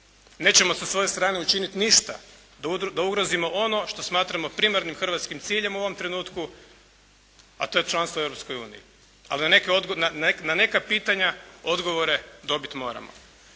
Nećemo sa svoje strane učiniti ništa da ugrozimo ono što smatramo primarnim hrvatskim ciljem u ovom trenutku a to je članstvo u Europskoj uniji. Ali na neka pitanja odgovore dobit moramo.